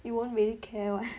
you won't really care [what]